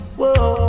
whoa